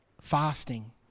fasting